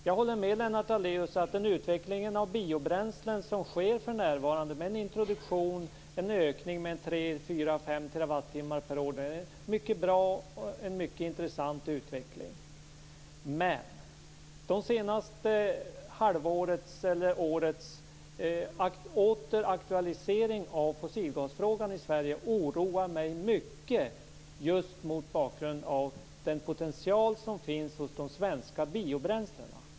Jag håller med Lennart Daléus om att den utveckling av biobränslen som för närvarande sker, med en ökning på 3-5 TWh per år, är mycket bra och intressant, men det senaste halvårets eller årets aktualisering på nytt av fossilgasfrågan i Sverige oroar mig mycket mot bakgrund av den potential som de svenska biobränslena har.